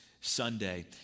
Sunday